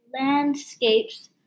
landscapes